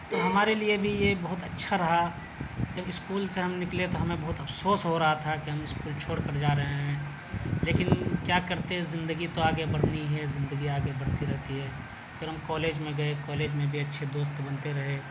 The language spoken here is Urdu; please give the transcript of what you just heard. تو ہمارے لیے بھی یہ ایک بہت اچھا رہا جب اسکول سے ہم نکلے تو ہمیں بہت افسوس ہو رہا تھا کہ ہم اسکول چھوڑ کر جا رہے ہیں لیکن کیا کرتے زندگی تو آگے بڑھنی ہے زندگی آگے بڑھتی رہتی ہے پھر ہم کالج میں گئے کالج میں بھی اچھے دوست بنتے رہے